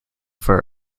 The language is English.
for